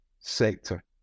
sector